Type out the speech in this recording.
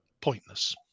pointless